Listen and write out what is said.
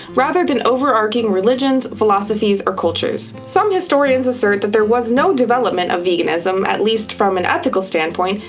rather than overarching religions, philosophies or cultures. some historians assert that there was no development of veganism, at least from an ethical standpoint,